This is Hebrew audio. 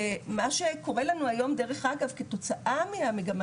ומה שקורה לנו היום דרך אגב כתוצאה מהמגמה